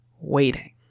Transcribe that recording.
waiting